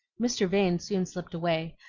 mr. vane soon slipped away,